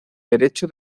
derecho